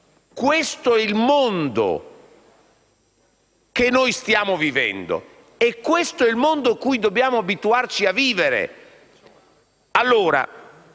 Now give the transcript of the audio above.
Questo è il mondo che noi stiamo vivendo e in cui dobbiamo abituarci a vivere.